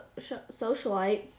socialite